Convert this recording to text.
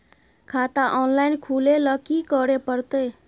खाता ऑनलाइन खुले ल की करे परतै?